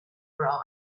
arise